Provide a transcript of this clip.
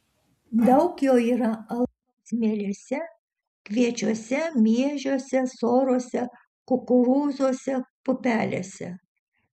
daug jo yra alaus mielėse kviečiuose miežiuose sorose kukurūzuose pupelėse